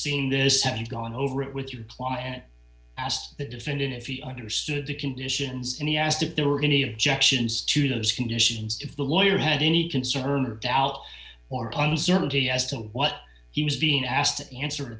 seeing this have gone over it with your client asked the defendant if he understood the conditions and he asked if there were any objections to those conditions if the lawyer had any concern or doubt or uncertainty as to what he was being asked to answer